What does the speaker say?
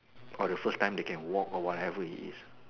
or the first time they can walk or whatever it is